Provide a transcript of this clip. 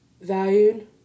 valued